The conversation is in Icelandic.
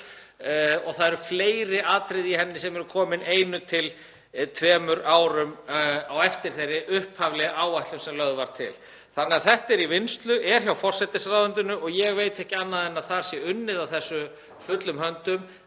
og það eru fleiri atriði í henni sem eru komin einu til tveimur árum á eftir þeirri upphaflegu áætlun sem lögð var til. Þannig að þetta er í vinnslu, er hjá forsætisráðuneytinu og ég veit ekki annað en að þar sé unnið að þessu hörðum höndum,